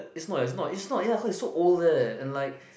is not is not is not ya cause is so old there and like